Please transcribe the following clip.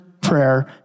prayer